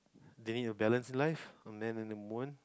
they need to balance life a man and women